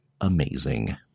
amazing